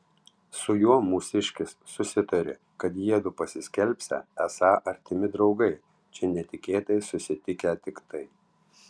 su juo mūsiškis susitarė kad jiedu pasiskelbsią esą artimi draugai čia netikėtai susitikę tiktai